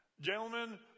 Gentlemen